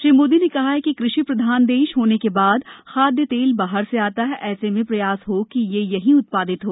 श्री मोदी ने कहा कि कृषि प्रधान देश होने के बाद खाद्य तेल बाहर से आता हैए ऐसे में प्रयास हो कि यह यहीं उत्पादित हो